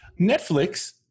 Netflix